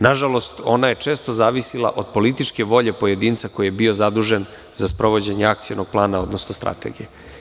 Nažalost, ona je često zavisila od političke volje pojedinca koji je bio zadužen za sprovođenje akcionog plana, odnosno strategije.